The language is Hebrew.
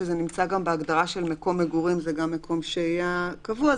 שזה נמצא גם בהגדרה של מקום מגורים וגם מקום שהייה קבוע,